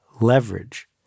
leverage